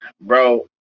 bro